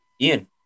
Ian